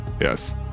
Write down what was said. yes